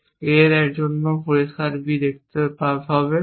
A এর জন্য পরিষ্কার B দেখতে হবে